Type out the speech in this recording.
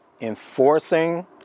enforcing